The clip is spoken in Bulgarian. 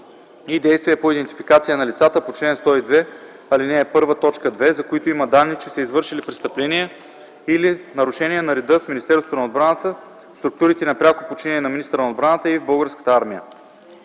и действия по идентификация на лицата по чл. 102, ал. 1, т. 2, за които има данни, че са извършили престъпления или нарушения на реда в Министерството на отбраната, в структурите на пряко подчинение на министъра на отбраната и в Българската армия;